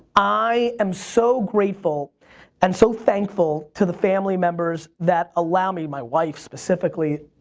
i am so grateful and so thankful to the family members that allow me, my wife specifically,